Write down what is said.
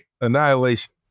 Annihilation